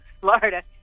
Florida